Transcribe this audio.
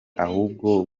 ahubwo